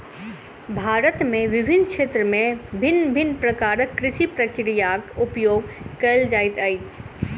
भारत में विभिन्न क्षेत्र में भिन्न भिन्न प्रकारक कृषि प्रक्रियाक उपयोग कएल जाइत अछि